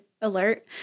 alert